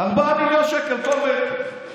4 מיליון שקל, קולבר.